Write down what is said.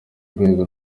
rwego